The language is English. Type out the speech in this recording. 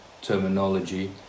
terminology